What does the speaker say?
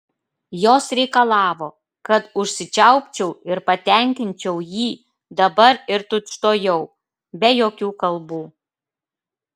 jos reikalavo kad užsičiaupčiau ir patenkinčiau jį dabar ir tučtuojau be jokių kalbų